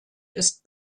ist